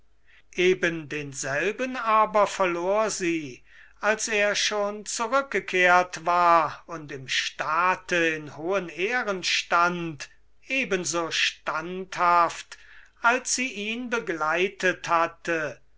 eben denselben aber verlor sie als er schon zurückgekehrt war und im staate in hohen ehren stand eben so standhaft als sie ihn begleitet hatte